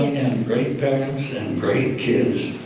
great parents and great and kids.